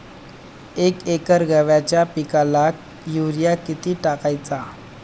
एक एकर गव्हाच्या पिकाला युरिया किती टाकायचा?